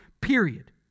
period